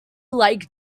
like